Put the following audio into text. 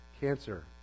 cancer